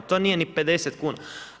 To nije ni 50 kuna.